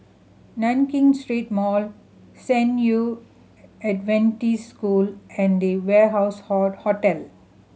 Nankin Street Mall San Yu Adventist School and The Warehouse Hall Hotel